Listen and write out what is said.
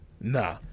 Nah